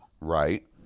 right